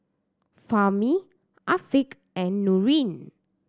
Fahmi Afiq and Nurin